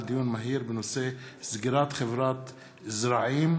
פתיחת "צומת האורות" לנסיעת